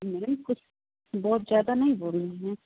ma'am कुछ बहुत ज़्यादा नहीं बोल रही हैं